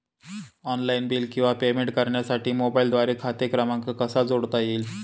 Online bill किंवा payment करण्यासाठी मोबाईलद्वारे खाते क्रमांक कसा जोडता येईल?